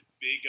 big